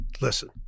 listen